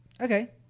Okay